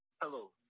hello